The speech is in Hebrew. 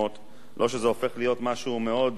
לא שזה הופך להיות משהו מאוד זול,